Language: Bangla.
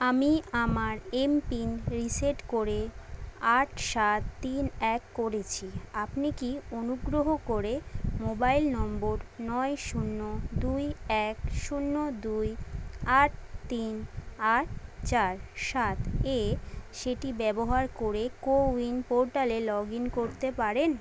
আমি আমার এমপিন রিসেট করে আট সাত তিন এক করেছি আপনি কি অনুগ্রহ করে মোবাইল নম্বর নয় শূন্য দুই এক শূন্য দুই আট তিন আট চার সাত এ সেটি ব্যবহার করে কোউইন পোর্টালে লগ ইন করতে পারেন